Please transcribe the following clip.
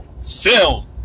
film